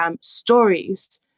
stories